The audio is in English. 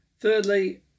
Thirdly